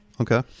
okay